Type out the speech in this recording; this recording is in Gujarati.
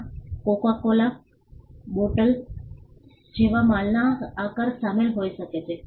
તેમાં કોકા કોલા બોટલ જેવા માલના આકાર શામેલ હોઈ શકે છે